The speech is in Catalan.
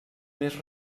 més